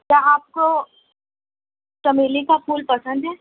کیا آپ کو چمیلی کا پھول پسند ہے